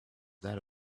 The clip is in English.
that